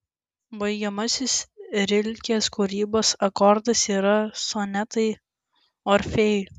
baigiamasis rilkės kūrybos akordas yra sonetai orfėjui